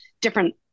different